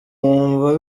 wumva